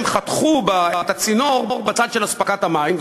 הם חתכו את הצינור בצד של אספקת המים,